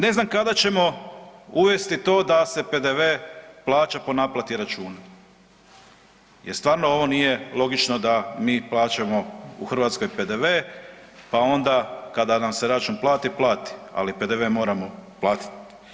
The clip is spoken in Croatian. Ne znam kada ćemo uvesti to da se PDV plaća po naplati računa jer stvarno ovo nije logično da mi plaćamo u Hrvatskoj PDV, pa onda kad nam se račun plati, plati, ali PDV moramo platiti.